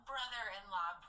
brother-in-law